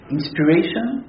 Inspiration